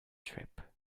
trip